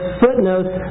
footnotes